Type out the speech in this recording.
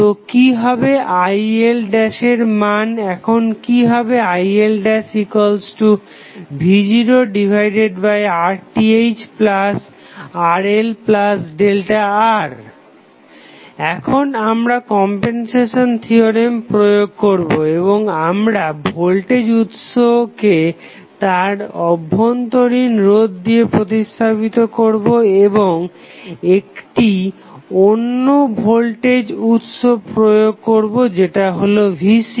তো কি হবে IL' এর মান এখন কি হবে IL'V0RThRLΔR এখন আমরা কমপেনসেশন থিওরেম প্রয়োগ করবো এবং আমরা ভোল্টেজ উৎসকে তার অভ্যন্তরীণ রোধ দিয়ে প্রতিস্থাপিত করবো এবং একটি অন্য ভোল্টেজ উৎস প্রয়োগ করবো যেটা হলো Vc